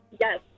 Yes